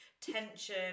tension